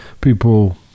people